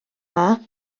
dda